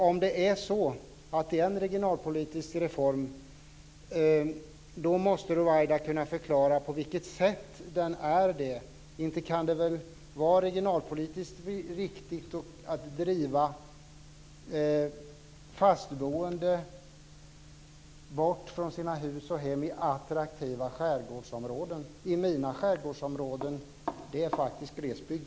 Om den är en regionalpolitisk reform så måste Ruwaida kunna förklara på vilket sätt den är det. Inte kan det väl vara regionalpolitiskt riktigt att driva fast boende bort från sina hus och hem i attraktiva skärgårdsområden? Mina skärgårdsområden är faktiskt glesbygd.